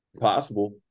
possible